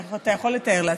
אתה יכול לתאר לעצמך,